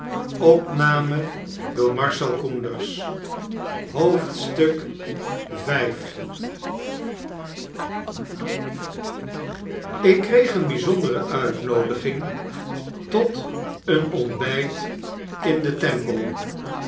ik kreeg een btjzondere uitnoodiging tot een ontbjjt in den temple